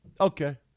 Okay